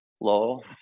low